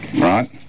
Right